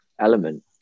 element